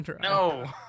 No